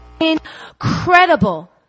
incredible